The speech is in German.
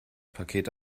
pakete